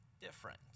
different